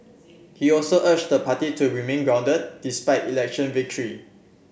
he also urged the party to remain grounded despite election victory